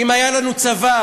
אם היה לנו צבא,